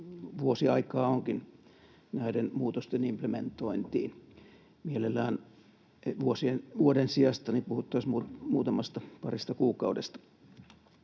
vuosi onkin aikaa näiden muutosten implementointiin. Mielellään vuoden sijasta puhuttaisiin muutamasta, parista kuukaudesta.